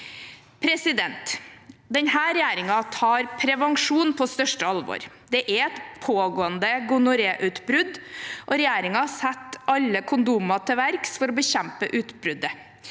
situasjonen. Denne regjeringen tar prevensjon på største alvor. Det er et pågående gonoréutbrudd, og regjeringen setter alle kondomer til verks for å bekjempe utbruddet.